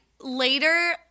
later